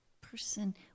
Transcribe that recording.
person